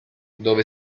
dove